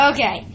Okay